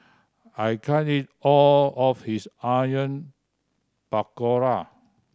I can't eat all of this Onion Pakora